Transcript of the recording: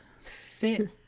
sit